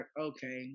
okay